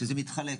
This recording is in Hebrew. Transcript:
שזה מתחלק.